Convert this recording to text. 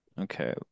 okay